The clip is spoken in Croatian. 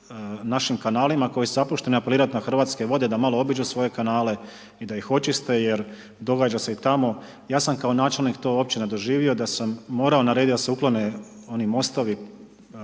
našim kanalima koje su zapuštene, apelirati na Hrvatske vode, da malo obiđu svoje kanale, da ih očiste, jer događa se i tamo. Ja sam kao načelnik to općina doživio, da sam morao naredio, da se uklone oni mostovi